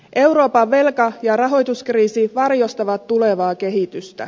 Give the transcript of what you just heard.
euroopan velka ja rahoituskriisi varjostavat tulevaa kehitystä